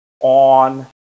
on